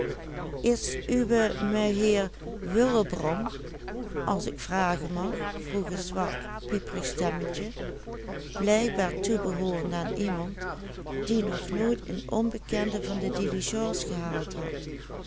als ik vragen mag vroeg een zwak pieperig stemmetje blijkbaar toebehoorende aan iemand die nog nooit een onbekende van de diligence gehaald had